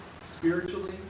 spiritually